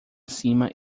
cima